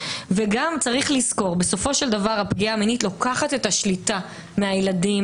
צריך לזכור שבסופו של דבר הפגיעה המינית לוקחת את השליטה מהילדים,